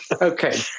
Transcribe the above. Okay